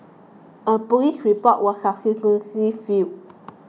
a police report was subsequently filed